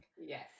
yes